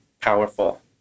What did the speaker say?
powerful